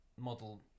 model